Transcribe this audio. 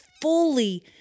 fully